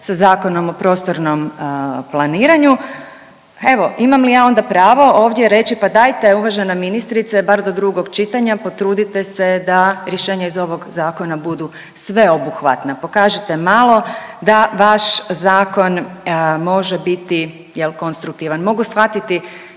sa Zakonom o prostornom planiranju, evo, imam li ja onda pravo reći, pa dajte, uvažena ministrice, bar do drugog čitanja, potrudite se da rješenje iz ovog Zakona budu sveobuhvatna, pokažite malo da vaš zakon može biti, je li, konstruktivan. Mogu shvatiti